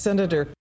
Senator